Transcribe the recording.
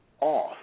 off